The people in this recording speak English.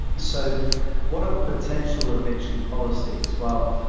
so what are potential eviction policies? well,